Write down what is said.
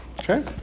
Okay